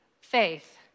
faith